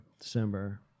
December